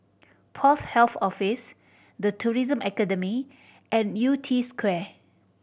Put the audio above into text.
Port Health Office The Tourism Academy and Yew Tee Square